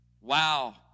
Wow